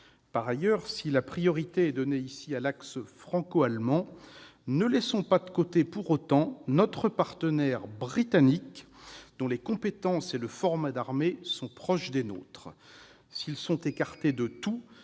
Par ailleurs, si la priorité est donnée ici à l'axe franco-allemand, ne laissons pas de côté pour autant le partenaire britannique dont les compétences et le format d'armée sont proches des nôtres. S'ils sont écartés de tout,